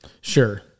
Sure